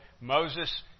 Moses